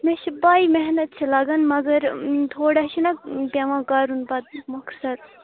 مےٚ چھِ پاے محنت چھِ لَگان مگر تھوڑا چھِنَہ پٮ۪وان کَرُن پَتہٕ مۄخثر